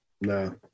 no